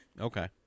Okay